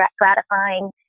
gratifying